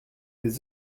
des